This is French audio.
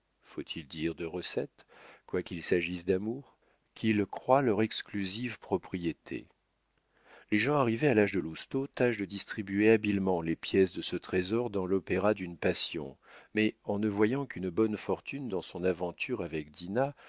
faut-il dire de recettes quoiqu'il s'agisse d'amour qu'ils croient leur exclusive propriété les gens arrivés à l'âge de lousteau tâchent de distribuer habilement les pièces de ce trésor dans l'opéra d'une passion mais en ne voyant qu'une bonne fortune dans son aventure avec dinah